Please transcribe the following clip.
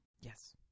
Yes